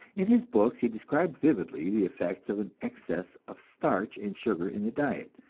in his books he described vividly the effects of an excess of starch and sugar in the diet.